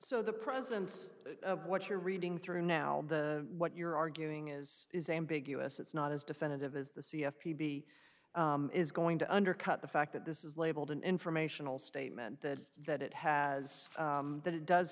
so the presence of what you're reading through now what you're arguing is is ambiguous it's not as definitive as the c f p be is going to undercut the fact that this is labeled an informational statement that that it has that it does